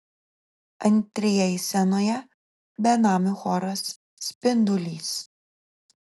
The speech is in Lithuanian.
antrieji scenoje benamių choras spindulys